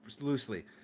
loosely